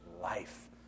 life